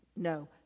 No